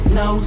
no